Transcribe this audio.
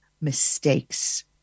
mistakes